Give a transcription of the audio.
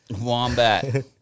Wombat